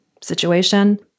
situation